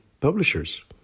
publishers